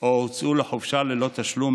או הוצאו לחופשה ללא תשלום,